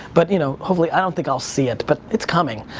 but, you know, hopefully, i don't think i'll see it. but it's coming.